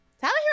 Tyler